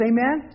Amen